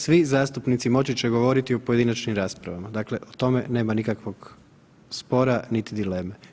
Svi zastupnici moći će govoriti u pojedinačnim raspravama, dakle o tome nema nikakvog spora niti dileme.